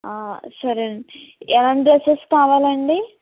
సరేనండి ఎలాంటి డ్రెసెస్ కావాలండి